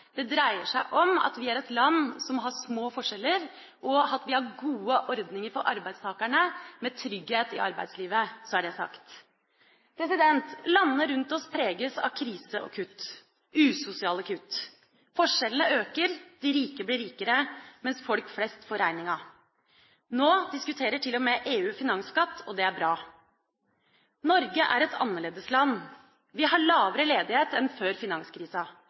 Det dreier seg om at vi er et land som har små forskjeller, og at vi har gode ordninger for arbeidstakerne, med trygghet i arbeidslivet. Så er det sagt. Landene rundt oss preges av krise og kutt – usosiale kutt. Forskjellene øker; de rike blir rikere, mens folk flest får regninga. Nå diskuterer til og med EU finansskatt, og det er bra. Norge er et annerledesland. Vi har lavere ledighet enn før finanskrisa.